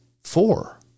Four